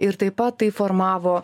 ir taip pat tai formavo